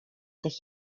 tych